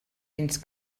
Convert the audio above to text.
fins